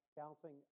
Counseling